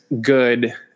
good